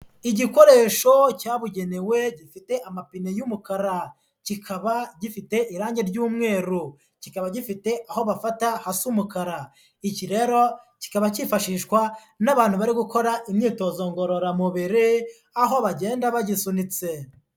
Igikoresho cyabugenewe gifite amapine y'umukara, kikaba gifite irangi ry'umweru, kikaba gifite aho bafata hasa umukara. Iki rero kikaba cyifashishwa n'abantu bari gukora imyitozo ngororamubiri aho bagenda bagisunitse.